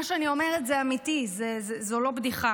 מה שאני אומרת הוא אמיתי, זו לא בדיחה.